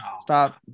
stop